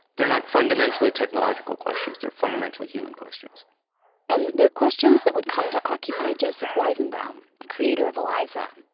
they're not fundamentally technological questions, they're fundamental human questions and they're questions that would come to occupy joseph weizenbaum, the creator of eliza.